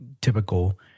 typical